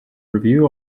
review